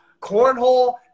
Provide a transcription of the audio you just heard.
cornhole